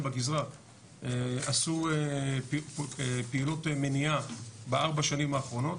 בגזרה עשו פעילות מניעה בארבע השנים האחרונות,